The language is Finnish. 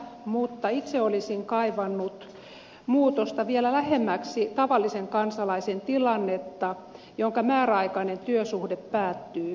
mutta itse olisin kaivannut muutosta vielä lähemmäksi sellaisen tavallisen kansalaisen tilannetta jonka määräaikainen työsuhde päättyy